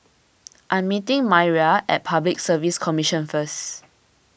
I am meeting Maira at Public Service Commission first